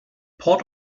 port